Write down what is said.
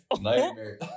Nightmare